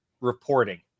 reporting